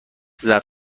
ضبط